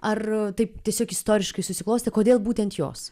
ar taip tiesiog istoriškai susiklostė kodėl būtent jos